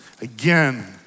again